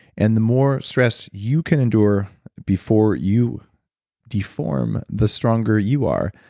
and the more stress you can endure before you deform, the stronger you are.